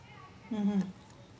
mmhmm